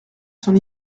son